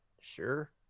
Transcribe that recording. sure